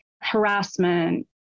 harassment